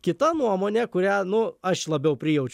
kita nuomonė kurią nu aš labiau prijaučiu